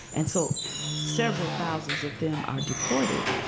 and so several thousands of them are deported.